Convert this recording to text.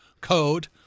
code